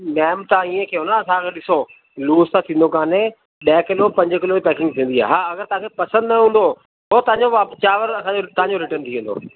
ma'am तव्हां ईअं कयो न असांखे ॾिसो लूज त थींदो कोन्हे ॾह किलो पंज किलो जी पैकिंग थींदी आहे हा अगरि तव्हांखे पसंदि न हूंदो पोइ तव्हांजो वा चांवर असांजो तव्हांजो रिटर्न थी वेंदो